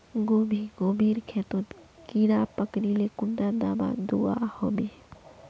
गोभी गोभिर खेतोत कीड़ा पकरिले कुंडा दाबा दुआहोबे?